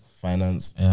finance